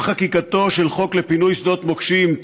עם חקיקתו של חוק לפינוי שדות מוקשים,